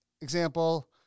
example